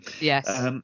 Yes